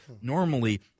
normally